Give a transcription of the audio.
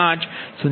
5 0